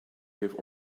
give